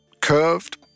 curved